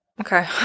Okay